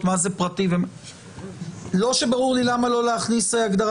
איפה המדינה הייתה, אני פשוט לא מצליחה להבין את